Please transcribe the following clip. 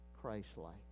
Christ-like